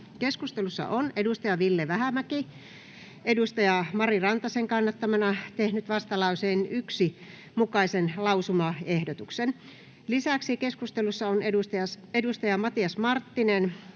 Keskustelussa on Ville Vähämäki Mari Rantasen kannattamana tehnyt vastalauseen 1 mukaisen lausumaehdotuksen. Lisäksi keskustelussa on Matias Marttinen